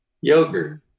yogurt